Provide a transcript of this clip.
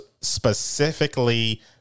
specifically